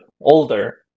older